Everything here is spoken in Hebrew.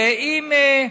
ואם,